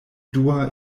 dua